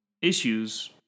issues